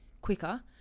quicker